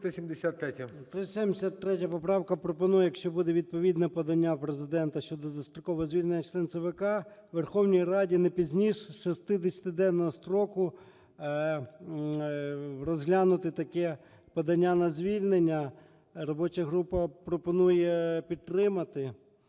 373 поправка пропонує, якщо буде відповідне подання Президента щодо дострокового звільнення членів ЦВК, Верховній Раді не пізніше 60-денного строку розглянути таке подання на звільнення. Робоча група пропонує підтримати,